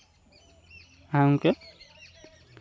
ᱦᱮᱸ ᱜᱚᱢᱠᱮ